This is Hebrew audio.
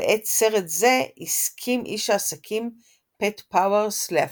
סרט זה הסכים איש העסקים פט פאוורס להפיץ.